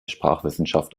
sprachwissenschaft